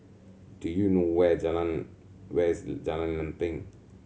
do you know where Jalan where is Jalan Lempeng